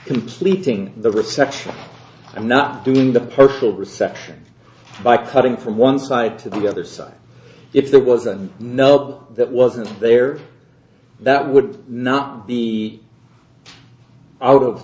completing the reception i'm not doing the perfect reception by cutting from one side to the other side if there was a note that wasn't there that would not be out of